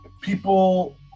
people